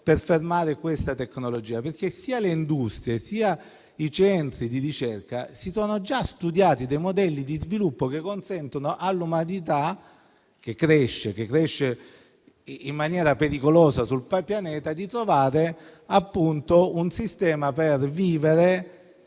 per fermare questa tecnologia, perché sia le industrie, sia i centri di ricerca hanno già studiato modelli di sviluppo che consentono all'umanità, che cresce in maniera rilevante sul pianeta, di trovare sistemi che